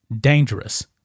dangerous